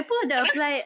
apa